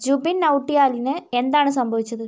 ജുബിൻ നൗട്ടിയാലിന് എന്താണ് സംഭവിച്ചത്